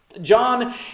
John